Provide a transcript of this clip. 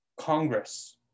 Congress